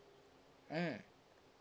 mm